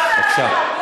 בבקשה.